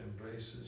embraces